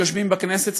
שיושבים בכנסת,